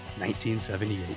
1978